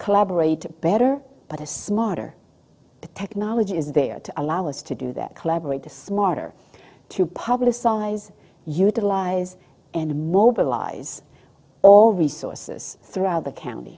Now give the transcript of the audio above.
collaborate better but a smarter technology is there to allow us to do that collaborate to smarter to publicize utilize and mobilize all resources throughout the county